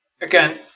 again